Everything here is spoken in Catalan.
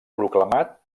proclamat